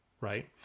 right